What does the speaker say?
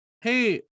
hey